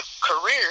career